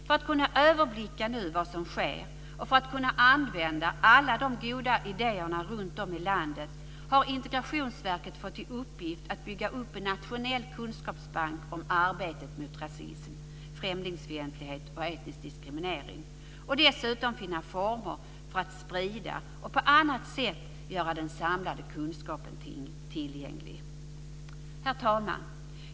För att kunna överblicka vad som sker och för att kunna använda alla de goda idéerna runtom i landet har Integrationsverket fått i uppgift att bygga upp en nationell kunskapsbank om arbetet mot rasism, främlingsfientlighet och etnisk diskriminering och dessutom finna former för att sprida och på annat sätt göra den samlade kunskapen tillgänglig. Herr talman!